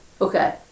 Okay